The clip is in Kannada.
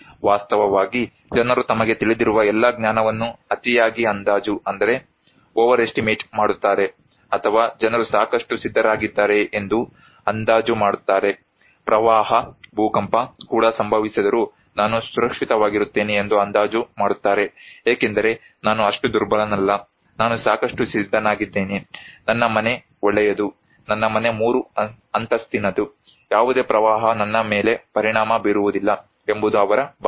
ವಾಸ್ತವವಾಗಿ ಜನರು ತಮಗೆ ತಿಳಿದಿರುವ ಎಲ್ಲ ಜ್ಞಾನವನ್ನು ಅತಿಯಾಗಿ ಅಂದಾಜು ಮಾಡುತ್ತಾರೆ ಅಥವಾ ಜನರು ಸಾಕಷ್ಟು ಸಿದ್ಧರಾಗಿದ್ದಾರೆಂದು ಅಂದಾಜು ಮಾಡುತ್ತಾರೆ ಪ್ರವಾಹ ಭೂಕಂಪ ಕೂಡ ಸಂಭವಿಸಿದರು ನಾನು ಸುರಕ್ಷಿತವಾಗಿರುತ್ತೇನೆ ಎಂದು ಅಂದಾಜು ಮಾಡುತ್ತಾರೆ ಏಕೆಂದರೆ ನಾನು ಅಷ್ಟು ದುರ್ಬಲನಲ್ಲ ನಾನು ಸಾಕಷ್ಟು ಸಿದ್ಧನಾಗಿದ್ದೇನೆ ನನ್ನ ಮನೆ ಒಳ್ಳೆಯದು ನನ್ನ ಮನೆ ಮೂರು ಅಂತಸ್ತಿನದು ಯಾವುದೇ ಪ್ರವಾಹ ನನ್ನ ಮೇಲೆ ಪರಿಣಾಮ ಬೀರುವುದಿಲ್ಲ ಎಂಬುದು ಅವರ ಭಾವನೆ